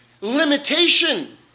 limitation